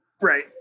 Right